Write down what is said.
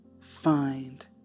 find